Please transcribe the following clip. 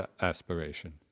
aspiration